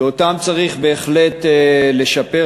ואותם צריך בהחלט לשפר.